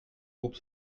groupe